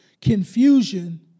confusion